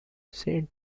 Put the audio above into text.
saint